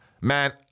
Man